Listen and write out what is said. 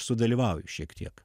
sudalyvauju šiek tiek